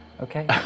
Okay